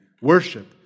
worship